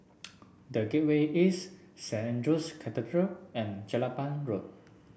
The Gateway East Saint Andrew's Cathedral and Jelapang Road